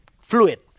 fluid